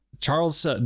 Charles